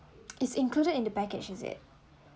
it's included in the package is it